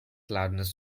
loudness